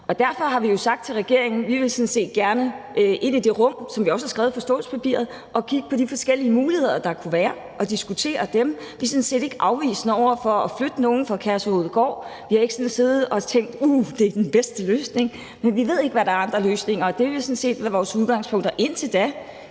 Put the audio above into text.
Derfor har vi jo sagt til regeringen, at vi sådan set gerne vil ind i det rum, hvilket vi også har skrevet i forståelsespapiret, og kigge på de forskellige muligheder, der kunne være, og diskutere dem. Vi er sådan set ikke afvisende over for at flytte nogen fra Kærshovedgård. Vi har ikke siddet og tænkt, at det er den bedste løsning, men vi ved ikke, hvad der er af andre løsninger, og det vil sådan set være vores udgangspunkt. Og indtil da